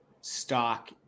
stock